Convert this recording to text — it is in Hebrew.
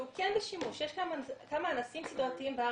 שהוא כן בשימוש, יש כמה אנסים סדרתיים בארץ,